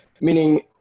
meaning